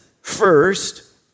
first